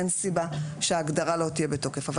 אין סיבה שההגדרה לא תהיה בתוקף אבל